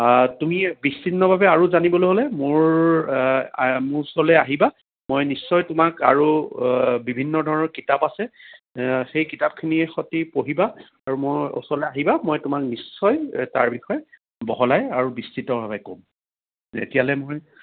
তুমি বিস্তীৰ্ণভাৱে আৰু জানিবলৈ মোৰ মোৰ ওচৰলৈ আহিবা মই নিশ্চয় তোমাক আৰু বিভিন্ন ধৰণৰ কিতাপ আছে সেই কিতাপখিনিৰ সৈতে পঢ়িবা আৰু মোৰ ওচৰলৈ আহিবা মই তোমাক নিশ্চয় তাৰ বিষয়ে বহলাই আৰু বিস্তৃতভাৱে ক'ম এতিয়ালৈ মই